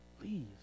please